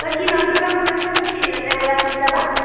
তই কি নতুন কাপোৰ লৈছ নে কি তাতে ওৰাংত যাব